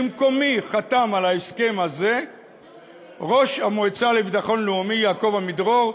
במקומי חתם על ההסכם הזה ראש המועצה לביטחון לאומי יעקב עמידרור,